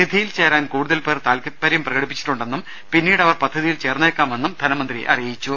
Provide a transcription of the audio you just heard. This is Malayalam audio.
നിധിയിൽ ചേരാൻ കൂടുതൽപേർ താൽപര്യം പ്രകടിപ്പിച്ചിട്ടു ണ്ടെന്നും പിന്നീടവർ പദ്ധതിയിൽ ചേർന്നേക്കാമെന്നും ധനമന്ത്രി അറി യിച്ചു